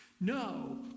No